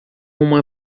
uma